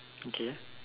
okay